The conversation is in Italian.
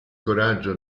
coraggio